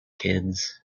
kids